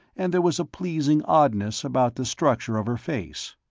and there was a pleasing oddness about the structure of her face.